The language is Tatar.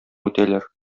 үтәләр